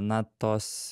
na tos